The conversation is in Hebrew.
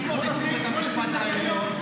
כמו שעושים לעליון,